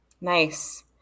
Nice